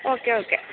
okay okay